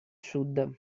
sud